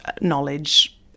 knowledge